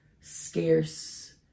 scarce